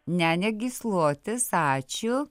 ne ne gyslotis ačiū